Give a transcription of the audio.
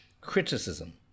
criticism